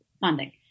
funding